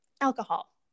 alcohol